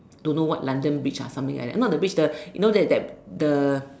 don't know what London-bridge ah something like that not the bridge the you know there is this the